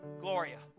Gloria